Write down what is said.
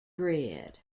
grid